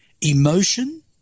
Emotion